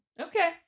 Okay